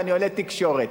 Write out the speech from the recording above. ואני עונה כשר התקשורת,